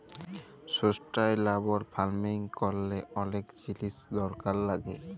sustainable farming ক্যরলে অলেক জিলিস দরকার লাগ্যে